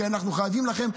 כי אנחנו חייבים לכם,